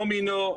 לא מינו,